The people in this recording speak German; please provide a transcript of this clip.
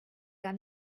gar